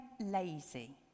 lazy